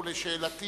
ולשאלתי,